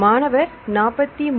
மாணவர்43